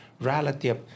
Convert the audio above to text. relative